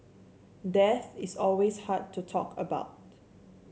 death is always hard to talk about